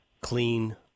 clean